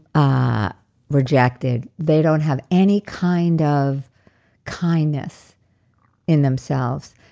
ah rejected. they don't have any kind of kindness in themselves.